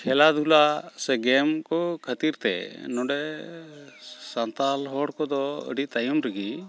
ᱠᱷᱮᱞᱟᱼᱫᱷᱩᱞᱟ ᱥᱮ ᱜᱮᱢᱠᱚ ᱠᱷᱟᱹᱛᱤᱨᱛᱮ ᱱᱚᱰᱮ ᱥᱟᱱᱛᱟᱲ ᱦᱚᱲᱠᱚᱫᱚ ᱟᱹᱰᱤ ᱛᱟᱭᱚᱢᱨᱮᱜᱮ